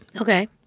Okay